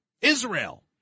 Israel